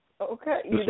Okay